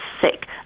sick